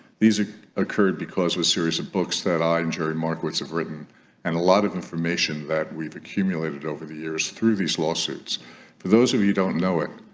these occurred because of a series of books that i and jerry markets have written and a lot of information that we've accumulated over the years through these lawsuits for those of you don't know it